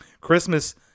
Christmas